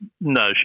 No